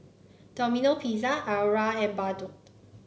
Domino Pizza Iora and Bardot